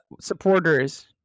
supporters